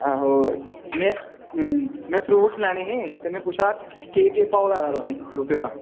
आहो मैं मैं फरूट्स लैने हे ते मै पुच्छा दा हा केह् केह् भाऽ लाए दा तुसें फरूटै दा